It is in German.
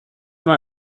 war